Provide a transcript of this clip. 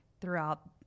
throughout